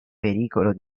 pericolo